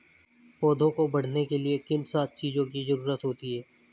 पौधों को बढ़ने के लिए किन सात चीजों की जरूरत होती है?